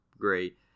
great